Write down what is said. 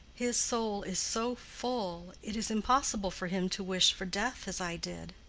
his soul is so full, it is impossible for him to wish for death as i did.